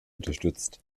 unterstützt